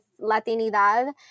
Latinidad